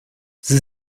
sie